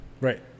Right